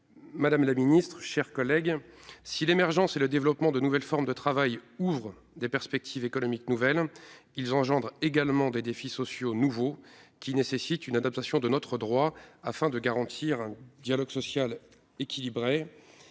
travailleurs indépendants. Si l'émergence et le développement de nouvelles formes de travail ouvrent des perspectives économiques nouvelles, ils engendrent également des défis sociaux nouveaux. Cela nécessite une adaptation de notre droit, afin de garantir un dialogue social équilibré.